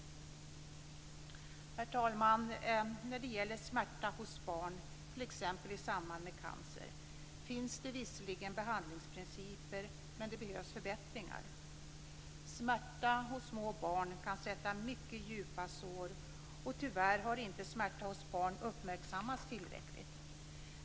Herr talman! När det gäller smärta hos barn, t.ex. i samband med cancer, finns det visserligen behandlingsprinciper, men det behövs förbättringar. Smärta hos små barn kan ge mycket djupa sår. Tyvärr har inte smärta hos barn uppmärksammats tillräckligt.